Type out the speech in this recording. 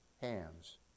hands